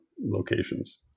locations